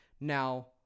Now